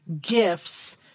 gifts